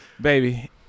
Baby